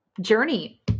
journey